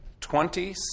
Twenty